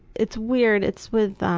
it's weird, it's with,